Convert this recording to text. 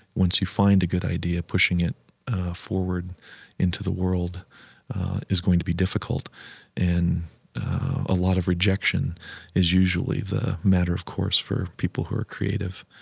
once you find a good idea, pushing it forward into the world is going to be difficult and a lot of rejection is usually the matter of course for people who are creative.